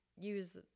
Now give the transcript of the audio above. use